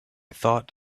thought